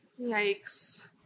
yikes